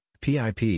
PIP